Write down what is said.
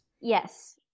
Yes